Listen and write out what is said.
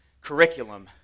curriculum